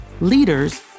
leaders